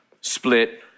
split